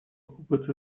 опыт